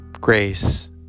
grace